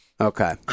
Okay